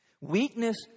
Weakness